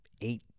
eight